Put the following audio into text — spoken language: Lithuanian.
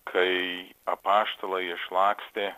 kai apaštalai išlakstė